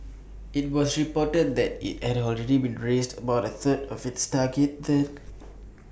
IT was reported that IT had already be raised about A third of its target then